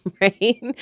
right